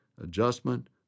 adjustment